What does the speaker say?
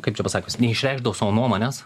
kaip čia pasakius neišreikšdavo savo nuomonės